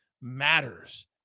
matters